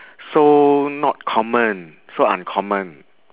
so not common so uncommon